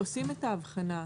עושים את ההבחנה.